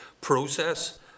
process